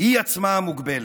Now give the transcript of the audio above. היא עצמה המוגבלת.